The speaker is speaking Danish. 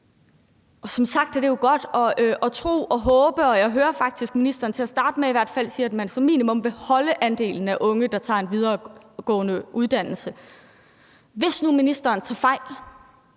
Som sagt er det godt at tro og håbe, og jeg hører faktisk, at ministeren i hvert fald til at starte med siger, at man som minimum vil beholde andelen af unge, der tager en videregående uddannelse. Hvis nu ministeren tager fejl,